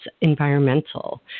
environmental